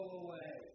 away